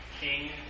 king